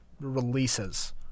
releases